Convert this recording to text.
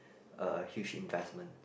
a huge investment